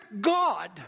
God